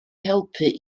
helpu